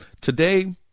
today